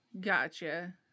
Gotcha